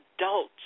adults